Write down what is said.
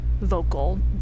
vocal